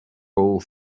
ball